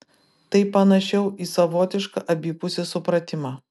tai panašiau į savotišką abipusį supratimą